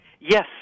Yes